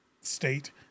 state